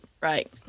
right